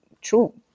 true